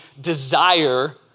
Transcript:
desire